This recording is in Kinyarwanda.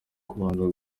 kubanza